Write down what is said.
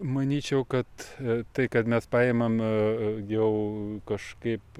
manyčiau kad tai kad mes paimame jau kažkaip